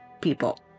people